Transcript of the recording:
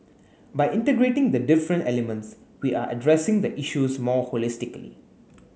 by integrating the different elements we are addressing the issues more holistically